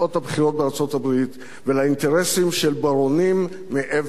בארצות-הברית ולאינטרסים של ברונים מעבר לים?